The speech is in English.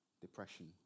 depression